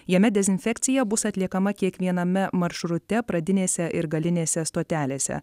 jame dezinfekcija bus atliekama kiekviename maršrute pradinėse ir galinėse stotelėse